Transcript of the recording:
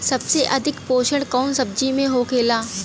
सबसे अधिक पोषण कवन सब्जी में होखेला?